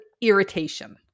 irritation